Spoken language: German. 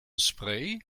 spray